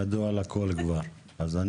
כן.